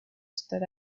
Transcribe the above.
stood